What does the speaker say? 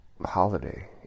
holiday